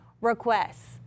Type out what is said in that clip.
requests